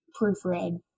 proofread